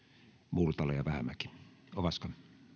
multala ja vähämäki